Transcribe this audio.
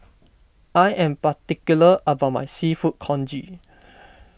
I am particular about my Seafood Congee